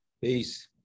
Peace